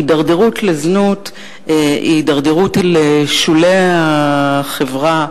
הידרדרות לזנות היא הידרדרות לשולי החברה,